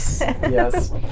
yes